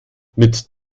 mit